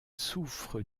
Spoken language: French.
souffre